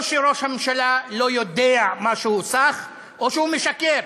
או שראש הממשלה לא יודע מה שהוא סח או שהוא משקר,